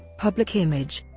public image